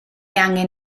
angen